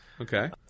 Okay